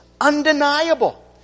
undeniable